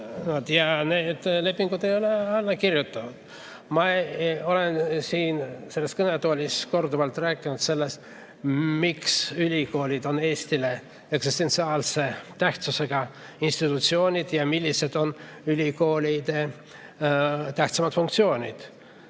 Ja need lepingud ei ole alla kirjutatud. Ma olen siin selles kõnetoolis korduvalt rääkinud sellest, miks ülikoolid on Eestile eksistentsiaalse tähtsusega institutsioonid ja millised on ülikoolide tähtsamad funktsioonid.